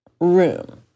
room